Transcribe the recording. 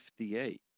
FDA